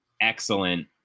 excellent